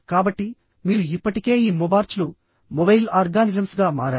కాబట్టి మీరు ఇప్పటికే ఈ మొబార్చ్లు మొబైల్ ఆర్గానిజమ్స్గా మారారు